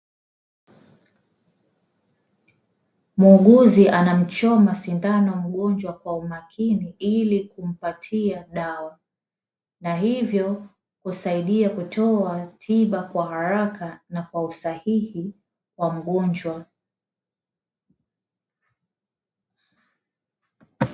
Muuguzi anamchoma sindano mgonjwa kwa umakini ili kumpatia dawa, na hivyo kusaidia kutoa tiba kwa haraka na kwa usahihi kwa mgonjwa.